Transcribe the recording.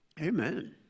Amen